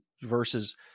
versus